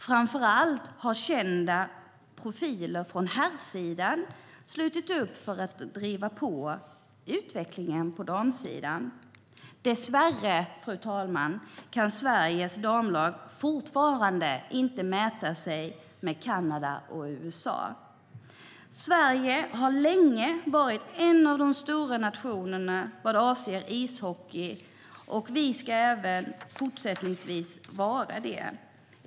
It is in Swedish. Framför allt har kända profiler från herrsidan slutit upp för att driva på utvecklingen på damsidan. Dessvärre, fru talman, kan Sveriges damlag fortfarande inte mäta sig med Kanada och USA. Sverige har länge varit en av de stora nationerna vad avser ishockey, och vi ska även fortsättningsvis vara det.